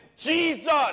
Jesus